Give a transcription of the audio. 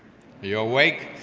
you awake?